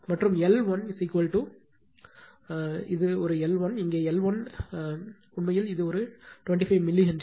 மற்றும் எல் 1 இது ஒரு எல் 1 இங்கே எல் 1 உண்மையில் இது ஒரு 25 மில்லி ஹென்றி